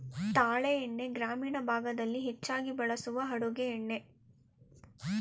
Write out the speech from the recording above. ತಾಳೆ ಎಣ್ಣೆ ಗ್ರಾಮೀಣ ಭಾಗದಲ್ಲಿ ಹೆಚ್ಚಾಗಿ ಬಳಸುವ ಅಡುಗೆ ಎಣ್ಣೆ